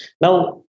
Now